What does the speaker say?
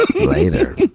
later